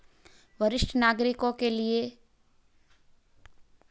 वरिष्ठ नागरिकों के स्वास्थ्य बीमा के लिए न्यूनतम प्रीमियम क्या है?